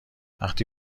وقتی